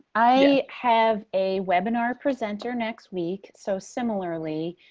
i have a webinar presenter next week. so similarly,